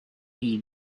you